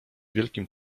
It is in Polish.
wielkim